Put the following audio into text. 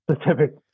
specific